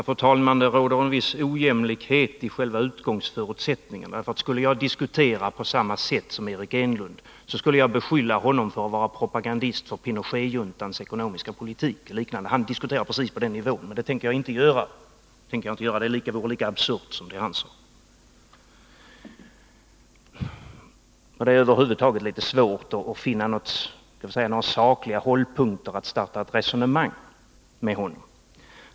Fru talman! Det råder en viss ojämlikhet i själva utgångsförutsättningen, för om jag skulle diskutera på samma sätt som Eric Enlund skulle jag beskylla honom för att vara propagandist för Pinochetjuntans ekonomiska politik och liknande. Det han sade var lika absurt. Han diskuterar precis på den nivån, men det tänker jag inte göra. Det är över huvud taget litet svårt att finna några sakliga hållpunkter som stöd för ett resonemang med honom.